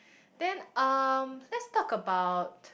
then um let's talk about